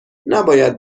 نباید